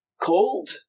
Cold